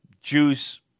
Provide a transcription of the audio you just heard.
juice